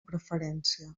preferència